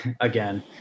again